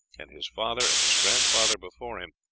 and his father and his grandfather before, him,